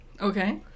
Okay